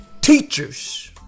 teachers